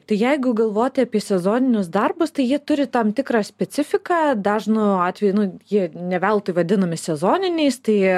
tai jeigu galvoti apie sezoninius darbus tai jie turi tam tikrą specifiką dažnu atveju nu jie ne veltui vadinami sezoniniais tai